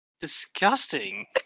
Disgusting